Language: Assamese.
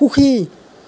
সুখী